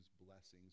blessings